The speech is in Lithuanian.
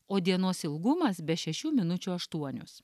o dienos ilgumas be šešių minučių aštuonios